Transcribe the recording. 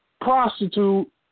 prostitute